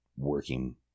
working